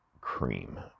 cream